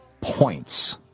points